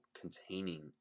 containing